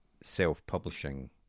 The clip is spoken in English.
self-publishing